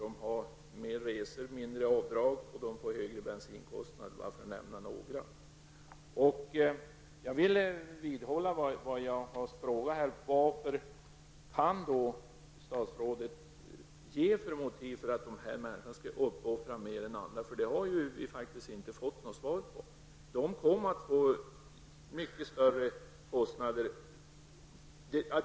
De har mer resor, mindre avdrag och de får högre bensinkostnader för att bara nämna några. Jag vidhåller min fråga: Vad kan statsrådet ge för motiv till att dessa människor skall uppoffra sig mer än andra? Vi har faktiskt inte fått något svar på detta. De kommer att få mycket större kostnader.